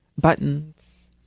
buttons